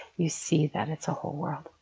you see that it's a whole world.